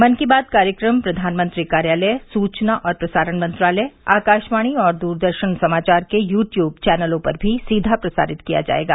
मन की बात कार्यक्रम प्रधानमंत्री कार्यालय सूचना और प्रसारण मंत्रालय आकाशवाणी और द्रदर्शन समाचार के यू ट्यूब चैनलों पर भी सीधा प्रसारित किया जायेगा